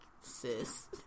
sis